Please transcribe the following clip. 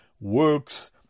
works